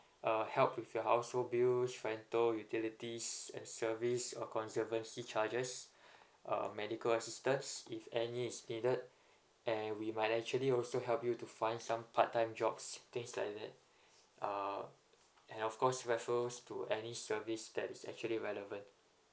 uh help with your household bills rental utilities and service or conservancy charges um medical assistance if any is needed and we might actually also help you to find some part time jobs things like that uh and of course refers to any service that is actually relevant